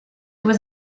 was